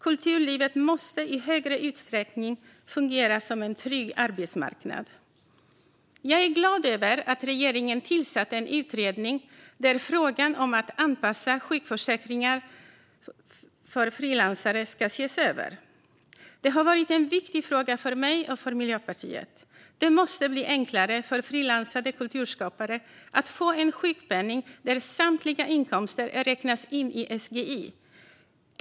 Kulturlivet måste i större utsträckning fungera som en trygg arbetsmarknad. Jag är glad över att regeringen tillsatte en utredning där frågan om att anpassa sjukförsäkringen för frilansare ska ses över. Detta har varit en viktig fråga för mig och för Miljöpartiet. Det måste bli enklare för frilansande kulturskapare att få en sjukpenning där samtliga inkomster räknas in i SGI.